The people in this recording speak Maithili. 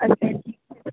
अच्छा